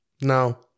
No